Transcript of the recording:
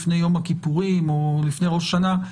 לפני יום הכיפורים או לפני ראש השנה,